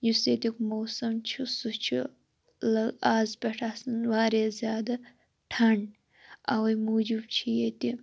یُس ییٚتیُک موسم چھُ سُہ چھُ آز پٮ۪ٹھ آسان واریاہ زیادٕ ٹھنٛڈ اَوَے موٗجوٗب چھِ ییٚتہِ